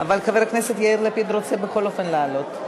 אבל חבר הכנסת יאיר לפיד רוצה בכל אופן לעלות.